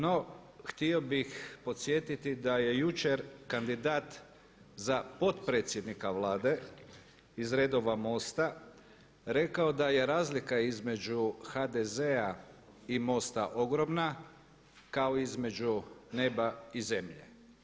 No, htio bih podsjetiti da je jučer kandidat za potpredsjednika Vlade iz redova MOST-a rekao da je razlika između HDZ-a i MOST-a ogromna kao između neba i zemlje.